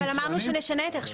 אבל אמרנו שנשנה את איך שזה כתוב.